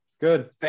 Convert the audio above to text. Good